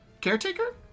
caretaker